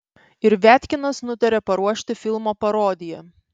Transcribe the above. ir viatkinas nutarė paruošti filmo parodiją